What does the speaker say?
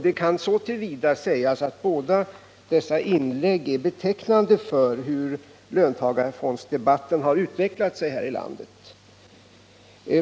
Det kan så till vida sägas att båda dessa inlägg är betecknande för hur löntagarfondsdebatten har utvecklat sig här i landet.